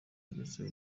aherutse